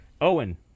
Owen